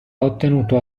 ottenuto